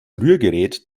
rührgerät